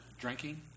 Drinking